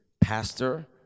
pastor